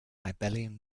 abelian